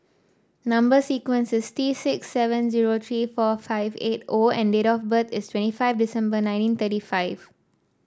number sequence is T six seven zero three four five eight O and date of birth is twenty five December nineteen thirty five